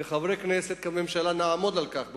כחברי כנסת, כממשלה, נעמוד על כך בוודאי,